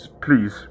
Please